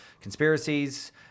conspiracies